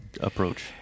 approach